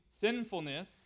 sinfulness